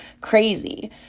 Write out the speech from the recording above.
crazy